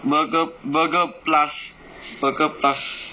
burger burger plus burger plus